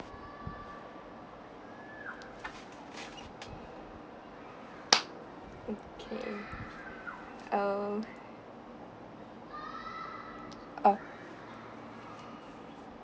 okay um uh